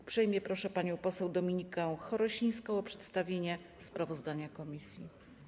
Uprzejmie proszę panią poseł Dominikę Chorosińską o przedstawienie sprawozdania komisji.